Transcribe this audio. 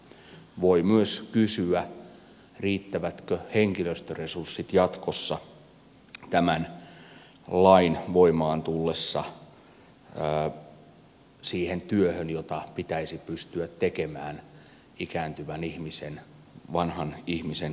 voi myös kysyä riittävätkö henkilöstöresurssit jatkossa tämän lain voimaan tullessa siihen työhön jota pitäisi pystyä tekemään ikääntyvän ihmisen vanhan ihmisen kotona